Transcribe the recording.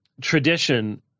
tradition